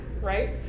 right